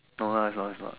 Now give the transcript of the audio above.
no ah it's not it's not